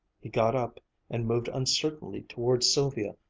he got up and moved uncertainly towards sylvia,